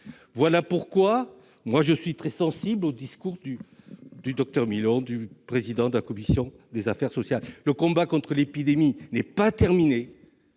raison pour laquelle je suis très sensible au discours du président de la commission des affaires sociales. Le combat contre l'épidémie n'est pas terminé.